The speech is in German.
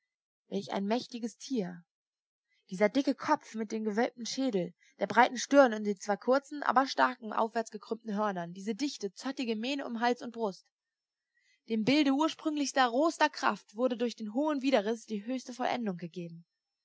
welch ein mächtiges tier dieser dicke kopf mit dem gewölbten schädel der breiten stirn und den zwar kurzen aber starken aufwärts gekrümmten hörnern diese dichte zottige mähne um hals und brust dem bilde ursprünglichster rohester kraft wurde durch den hohen widerrist die höchste vollendung gegeben